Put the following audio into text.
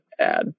add